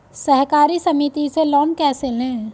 सहकारी समिति से लोन कैसे लें?